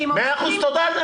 תודה.